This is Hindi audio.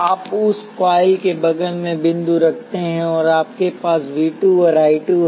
आप उस कॉइल के बगल में बिंदु रखते हैं और आपके पास V 2 और I 2 हैं